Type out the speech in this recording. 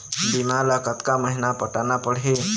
बीमा ला कतका महीना पटाना पड़ही?